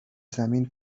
زمین